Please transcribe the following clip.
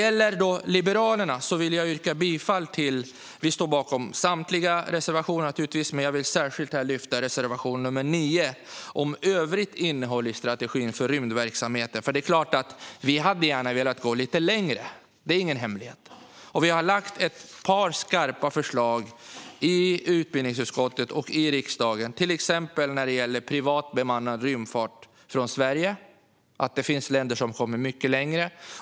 Vi i Liberalerna står naturligtvis bakom samtliga våra reservationer, men jag vill särskilt yrka bifall till reservation 9, om övrigt innehåll i strategin för rymdverksamheten. Vi hade ju gärna velat gå lite längre. Det är ingen hemlighet. Vi har lagt fram ett par skarpa förslag i utbildningsutskottet och i riksdagen, till exempel om privat bemannad rymdfart från Sverige. Där finns det länder som har kommit mycket längre.